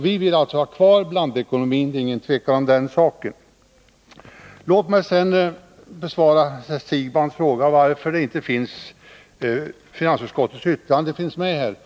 — Vi vill alltså har kvar blandekonomin, det är ingen tvekan om den saken. Låt mig sedan besvara herr Siegbahns fråga varför finansutskottets yttrande inte finns med i handlingarna.